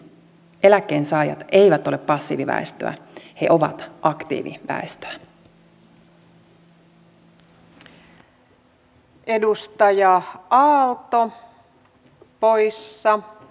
eläkkeensaajat eivät ole passiiviväestöä he ovat aktiiviväestöä